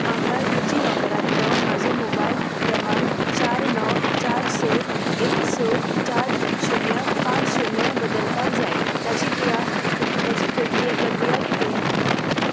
म्हाका डिजी लॉकरांतलो म्हजो मोबायल क्रमांक चार णव चार स एक स चार शुन्य पांच शुन्य बदलपाक जाय ताची प्रिया ताची प्रकिया प्रक्रिया कितें